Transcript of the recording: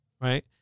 right